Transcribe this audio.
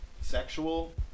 sexual